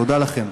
תודה לכם.